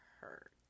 hurt